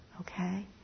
okay